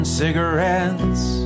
cigarettes